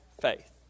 faith